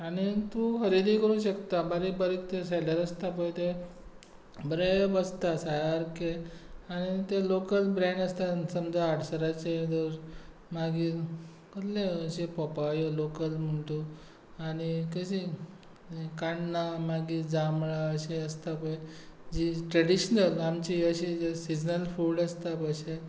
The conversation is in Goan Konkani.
आनी तूं खरेदी करूंक शकता बारीक बारीक तें सेलर आसता पळय तें बरें बसता सारकें आनी तें लोकल ब्रँड आसता तांचो समजा आडसराचे धर मागीर कसले असले पोपायो लोकल म्हूण तूं आनी मागीर कांण्णा मागीर जांबळा अशे आसता पळय जे ट्रेडिशनल आमची अशी सिजनल फूड आसता पळय अशे